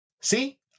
See